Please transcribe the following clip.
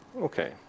Okay